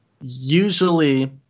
Usually